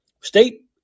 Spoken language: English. state